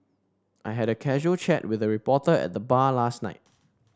I had a casual chat with a reporter at the bar last night